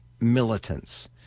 militants